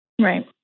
Right